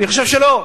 אני חושב שלא.